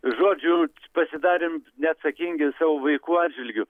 žodžiu pasidarėm neatsakingi savo vaikų atžvilgiu